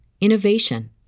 innovation